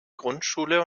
grundschule